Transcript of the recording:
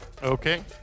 Okay